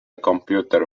computer